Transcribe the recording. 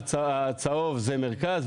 הצהוב זה מרכז,